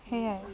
সেয়াই